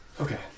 Okay